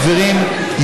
חברים,